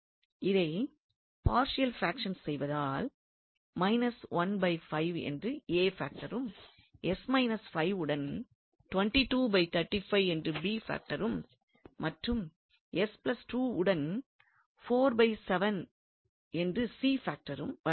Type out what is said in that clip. இதை partial fraction செய்வதால் என்று பாக்டரும் உடன் என்று பாக்டரும் மற்றும் உடன் என்று பாக்டரும் வருகிறது